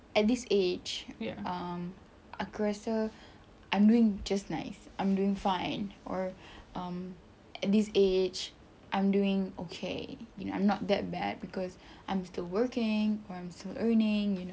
at this age um aku rasa I'm doing just nice I'm doing fine or um at this age I'm doing okay you know I'm not that bad cause I'm still working or I'm still earning you know